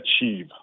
achieve